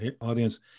audience